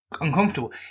uncomfortable